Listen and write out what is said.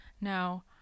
Now